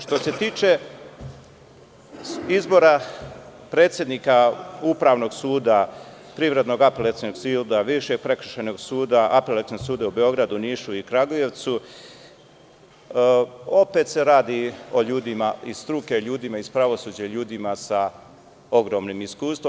Što se tiče izbora predsednika Upravnog suda, Privrednog apelacionog, Višeg prekršajnog suda, Apelacionog sud u Beogradu, Nišu i Kragujevcu, opet se radi o ljudima iz struke, ljudima iz pravosuđa, ljudima sa ogromnim iskustvom.